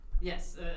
Yes